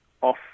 off